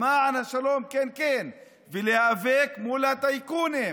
למען השלום, כן, כן, ולהיאבק מול הטייקונים.